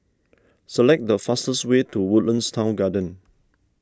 select the fastest way to Woodlands Town Garden